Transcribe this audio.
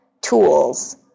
tools